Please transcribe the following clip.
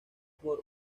por